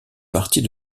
partie